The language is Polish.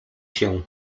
się